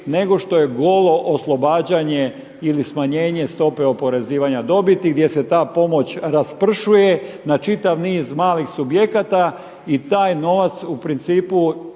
nego što je golo oslobađanje ili smanjenje stope oporezivanja dobiti gdje se ta pomoć raspršuje na čitav niz malih subjekata i taj novac u principu